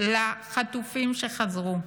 לחטופים שחזרו,